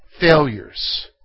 failures